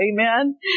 Amen